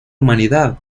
humanidad